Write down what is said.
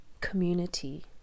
community